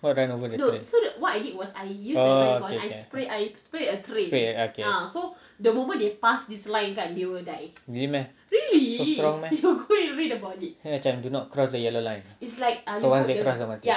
what ran over the tray orh okay can really meh so strong meh macam don't cross the yellow line so once dia cross dia mati